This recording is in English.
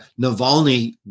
Navalny